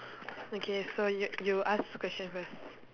okay so you you ask question first